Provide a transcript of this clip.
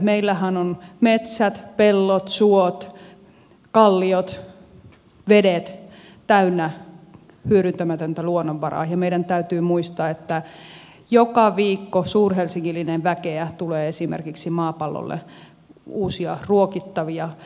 meillähän on metsät pellot suot kalliot ja vedet täynnä hyödyntämätöntä luonnonvaraa ja meidän täytyy muistaa että esimerkiksi joka viikko suurhelsingillinen väkeä tulee maapallolle uusia ruokittavia